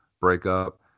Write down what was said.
breakup